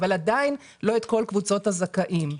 אבל עדיין לא את כל קבוצות הזכאים.